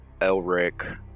Elric